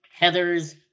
Heathers